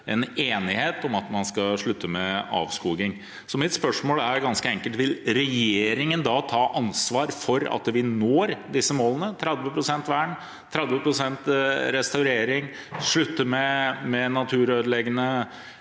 en enighet om at man skal slutte med avskoging. Så mitt spørsmål er ganske enkelt: Vil regjeringen da ta ansvar for at vi når målene om 30 pst. vern og 30 pst. restaurering, og at vi slutter med naturødeleggende